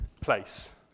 place